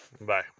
Bye